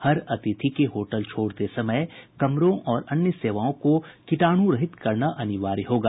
हर अतिथि के होटल छोड़ते समय कमरों और अन्य सेवाओं को कीटाणु रहित करना अनिवार्य होगा